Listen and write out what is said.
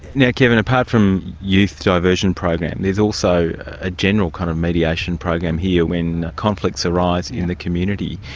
now, kevin, apart from youth diversion program, there's also a general kind of mediation program here when conflicts arise in the community.